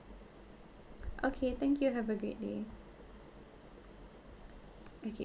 okay thank you have a great day okay